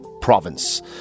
Province